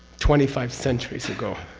twenty five centuries ago.